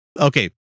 okay